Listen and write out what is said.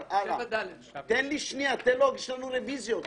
הצבעה בעד, רוב נגד, אין נמנעים, אין סעיפים